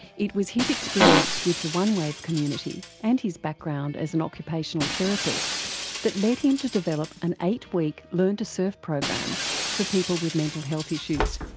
it was his experience with the onewave community and his background as an occupational therapist that led him to develop an eight-week learn to surf program for people with mental health issues.